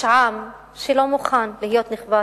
יש עם שלא מוכן להיות נכבש,